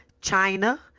China